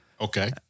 Okay